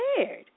scared